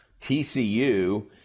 TCU